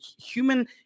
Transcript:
human